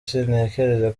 sintekereza